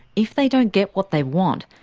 if they don't get what they want,